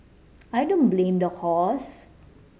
I don't blame the horse